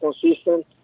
consistent